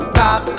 Stop